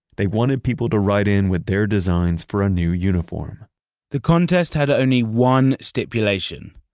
they wanted people to write in with their designs for a new uniform the contest had only one stipulation.